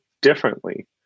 differently